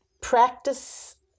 practice